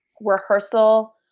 rehearsal